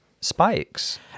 spikes